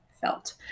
felt